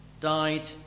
died